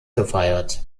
gefeiert